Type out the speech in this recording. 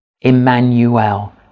Emmanuel